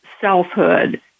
selfhood